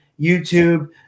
YouTube